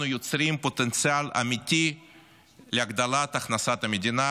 אנחנו יוצרים פוטנציאל אמיתי להגדלת הכנסת המדינה,